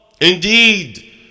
Indeed